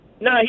No